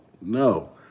no